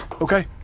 Okay